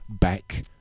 back